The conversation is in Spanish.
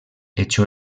echó